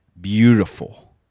beautiful